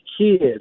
kids